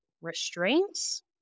restraints